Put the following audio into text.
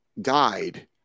died